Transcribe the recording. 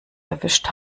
erwischt